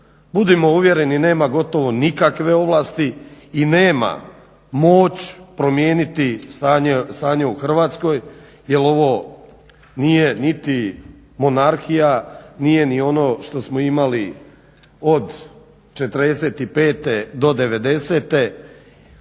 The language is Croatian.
budimo uvjereni nema gotovo nikakve ovlasti i nema moć promijeniti stanje u Hrvatskoj jer ovo nije niti monarhija, nije ni ono što smo imali od '45. do '90.,